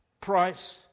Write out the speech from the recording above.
price